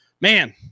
man